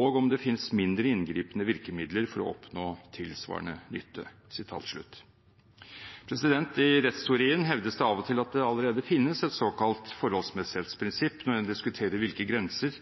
og om det finnes mindre inngripende virkemidler for å oppnå tilsvarende nytte.» I rettsteorien hevdes det av og til at det allerede finnes et såkalt forholdsmessighetsprinsipp når en diskuterer hvilke grenser